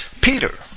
Peter